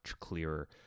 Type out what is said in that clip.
clearer